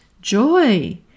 joy